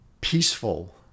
peaceful